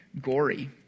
gory